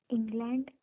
England